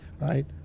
right